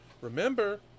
Remember